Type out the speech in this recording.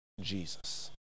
Jesus